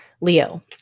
Leo